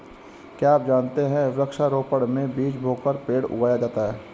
क्या आप जानते है वृक्ष रोपड़ में बीज बोकर पेड़ उगाया जाता है